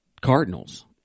Cardinals